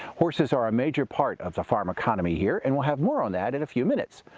horses are a major part of the farm economy here, and we'll have more on that in a few minutes.